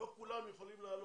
לא כולם יכולים לעלות.